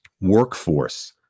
workforce